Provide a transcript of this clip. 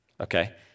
Okay